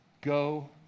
go